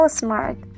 smart